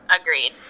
Agreed